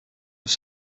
were